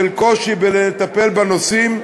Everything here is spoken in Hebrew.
של קושי לטפל בנושאים,